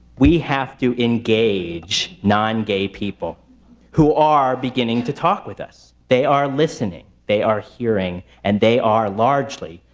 we have to engage non-gay people who are beginning to talk with us. they are listening. they are hearing. and they are, largely,